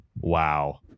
Wow